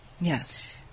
Yes